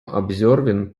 observing